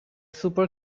super